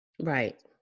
right